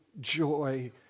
joy